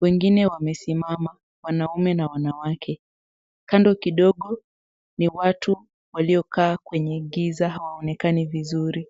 ,wengine wamesimama wanaume na wanawake ,kando kidogo ni watu waliokaa kwenye giza hawaonekani vizuri .